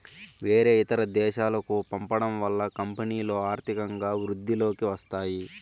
వేరే ఇతర దేశాలకు పంపడం వల్ల కంపెనీలో ఆర్థికంగా వృద్ధిలోకి వస్తాయి